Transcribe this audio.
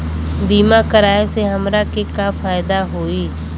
बीमा कराए से हमरा के का फायदा होई?